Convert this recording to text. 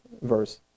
verse